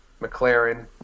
McLaren